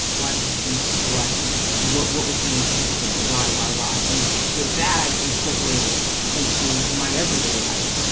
why did you choose this? why did you what what was the intent here? why, why? why? and so that i incorporated into my everyday life,